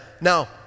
Now